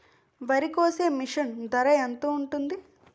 వరి కోసే మిషన్ ధర ఎంత ఉంటుంది?